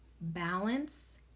balance